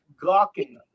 gawking